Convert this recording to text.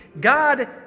God